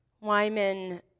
Wyman